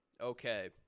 okay